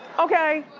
okay?